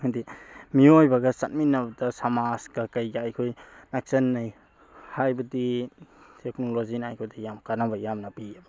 ꯍꯥꯏꯕꯗꯤ ꯃꯤꯑꯣꯏꯕꯒ ꯆꯠꯃꯤꯟꯅꯕꯗ ꯁꯃꯥꯖꯀ ꯀꯩꯒ ꯑꯩꯈꯣꯏ ꯅꯛꯁꯤꯟꯅꯩ ꯍꯥꯏꯕꯗꯤ ꯇꯦꯛꯅꯣꯂꯣꯖꯤꯅ ꯑꯩꯈꯣꯏꯗ ꯌꯥꯝ ꯀꯥꯟꯅꯕ ꯌꯥꯝꯅ ꯄꯤꯌꯦꯕ